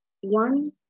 one